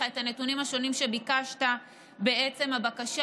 את הנתונים השונים שביקשת בעצם הבקשה.